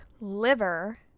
liver